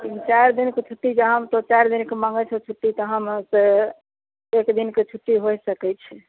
तीन चारि दिनके छुट्टी जहाँ तीन चारि दिनके मङ्गै छहो छुट्टी तऽ हम तोए एक दिनके छुट्टी होइ सकै छै